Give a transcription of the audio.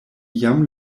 jam